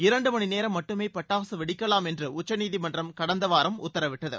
இரண்டு மணிநேரம் மட்டுமே பட்டாசு வெடிக்கலாம் என்று உச்சநீதிமன்றம் கடந்த வாரம் உத்தரவிட்டது